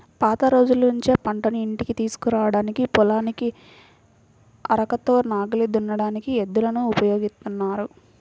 పాత రోజుల్నుంచే పంటను ఇంటికి తీసుకురాడానికి, పొలాన్ని అరకతో నాగలి దున్నడానికి ఎద్దులను ఉపయోగిత్తన్నారు